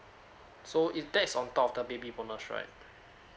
so is that is on top of the baby bonus right